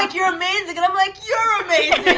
and you're amazing! and i'm like, you're amazing!